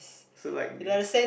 so like we